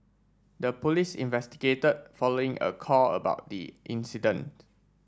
the police investigated following a call about the incident